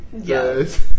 Yes